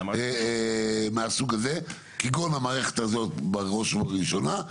מהסוג הזה כגון המערכת הזאת בראש ובראשונה,